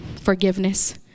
forgiveness